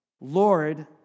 lord